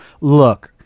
look